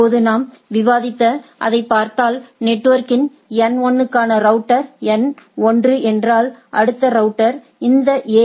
இப்போது நாம் விவாதித்த அதை பார்த்தாள் நெட்வொர்க்கின் N 1 க்கான ரவுட்டர் N 1 என்றால் அடுத்த ரவுட்டர் இந்த எ